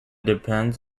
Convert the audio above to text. depends